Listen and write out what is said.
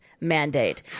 mandate